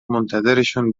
منتظرشون